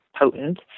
potent